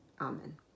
Amen